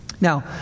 Now